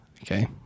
Okay